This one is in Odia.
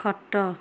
ଖଟ